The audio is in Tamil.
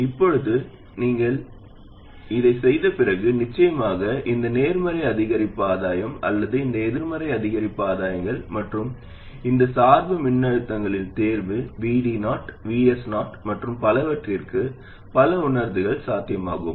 இப்போது நீங்கள் இதைச் செய்த பிறகு நிச்சயமாக இந்த நேர்மறை அதிகரிப்பு ஆதாயம் அல்லது இந்த எதிர்மறை அதிகரிப்பு ஆதாயங்கள் மற்றும் இந்த சார்பு மின்னழுத்தங்களின் தேர்வு VD0 VS0 மற்றும் பலவற்றிற்கு பல உணர்தல்கள் சாத்தியமாகும்